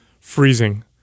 freezing